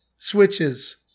Switches